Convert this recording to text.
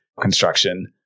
construction